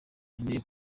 nkeneye